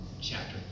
chapter